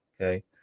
okay